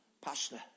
Pastor